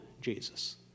Jesus